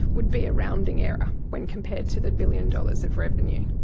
would be a rounding error when compared to the billion dollars of revenue.